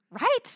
right